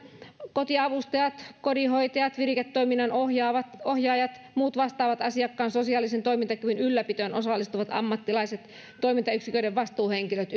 kotiavustajat kodinhoitajat viriketoiminnan ohjaajat muut vastaavat asiakkaan sosiaalisen toimintakyvyn ylläpitoon osallistuvat ammattilaiset toimintayksiköiden vastuuhenkilöt